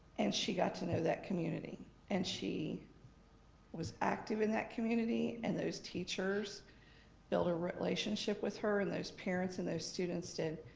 and she got to know that community and she was active in that community and those teachers built a relationship with her and those parents and those students did.